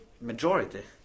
majority